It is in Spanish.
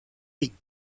queen